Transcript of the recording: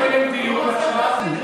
לא פורסם.